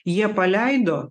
jie paleido